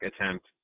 attempt